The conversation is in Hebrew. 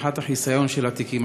בפתיחת החיסיון של התיקים.